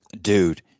Dude